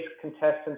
contestants